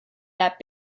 that